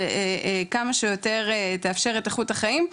שכמה שיותר תאפשר את איכות החיים,